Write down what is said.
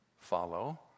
follow